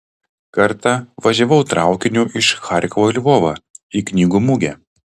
kartą važiavau traukiniu iš charkovo į lvovą į knygų mugę